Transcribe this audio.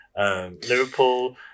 Liverpool